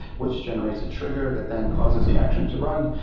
which generates a trigger that then causes the action to run.